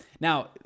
Now